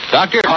Doctor